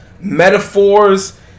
metaphors